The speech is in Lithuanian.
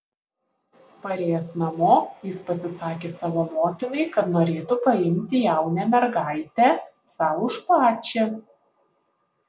parėjęs namo jis pasisakė savo motinai kad norėtų paimti jaunę mergaitę sau už pačią